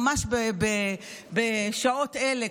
ממש בשעות אלה,